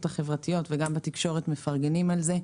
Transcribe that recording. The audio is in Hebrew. החברתיות וגם בתקשורת מפרגנים על זה,